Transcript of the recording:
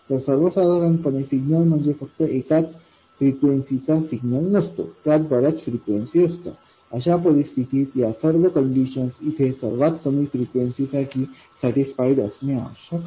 तर सर्वसाधारणपणे सिग्नल म्हणजे फक्त एकाच फ्रिक्वेन्सी चा सिग्नल नसतो परंतु त्यात बऱ्याच फ्रिक्वेन्सी असतात अशा परिस्थितीत या सर्व कंडिशन्स इथे सर्वात कमी फ्रिक्वेन्सी साठी सर्टिफाइड असणे आवश्यक आहे